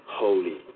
holy